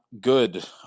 good